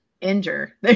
injure